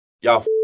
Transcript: y'all